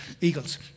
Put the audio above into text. eagles